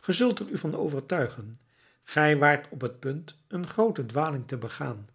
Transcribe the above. ge zult er u van overtuigen gij waart op het punt een groote dwaling te begaan